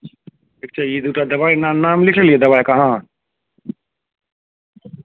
ठीक छै ई दूटा दबाइ ना नाम लिखलियै दबाइके अहाँ